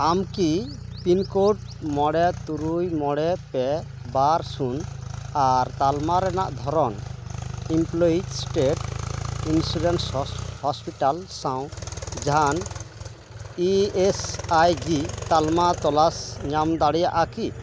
ᱟᱢᱠᱤ ᱯᱤᱱᱠᱳᱰ ᱢᱚᱬᱮ ᱛᱩᱨᱩᱭ ᱢᱚᱬᱮ ᱯᱮ ᱵᱟᱨ ᱥᱩᱱ ᱟᱨ ᱛᱟᱞᱢᱟ ᱨᱮᱱᱟᱜ ᱫᱷᱚᱨᱚᱱ ᱮᱢᱯᱞᱚᱭᱤᱡ ᱥᱴᱮᱴ ᱤᱱᱥᱩᱨᱮᱱᱥ ᱦᱚᱥᱯᱤᱴᱟᱞ ᱥᱟᱶ ᱡᱟᱦᱟᱱ ᱤ ᱮᱥ ᱟᱭ ᱥᱤ ᱛᱟᱞᱢᱟ ᱛᱚᱞᱟᱥ ᱧᱟᱢ ᱫᱟᱲᱮᱭᱟᱜᱼᱟ ᱠᱤ